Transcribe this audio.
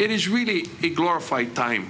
it is really to glorify time